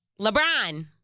LeBron